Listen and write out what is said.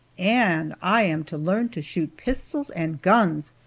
and i am to learn to shoot pistols and guns,